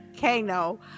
Kano